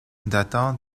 datant